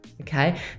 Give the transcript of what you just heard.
Okay